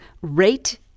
rate